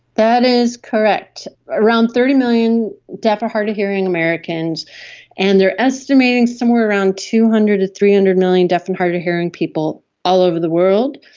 that is correct, around thirty million deaf or hard-of-hearing americans and they are estimating somewhere around two hundred to three hundred million deaf and hard-of-hearing people all over the world.